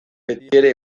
betiere